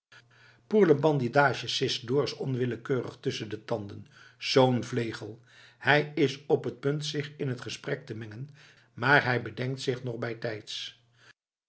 badinage sist dorus onwillekeurig tusschen de tanden zoo'n vlegel hij is op t punt zich in t gesprek te mengen maar hij bedenkt zich nog bijtijds